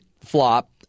flop –